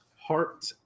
Heart